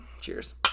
Cheers